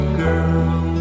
girl